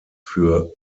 für